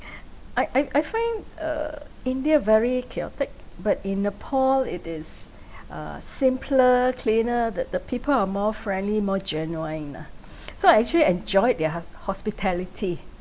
I I I find uh india very chaotic but in nepal it is uh simpler cleaner the the people are more friendly more genuine nah so I actually enjoyed their has~ hospitality